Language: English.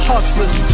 Hustlers